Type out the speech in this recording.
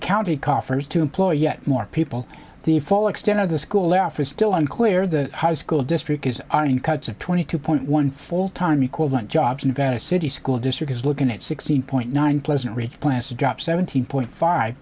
county coffers to employ yet more people the full extent of the school office still unclear the high school district is on cuts of twenty two point one full time equivalent jobs and city school district is looking at sixteen point nine pleasant rate plans to drop seventeen point five